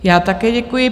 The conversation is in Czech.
Já také děkuji.